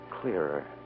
clearer